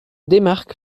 démarque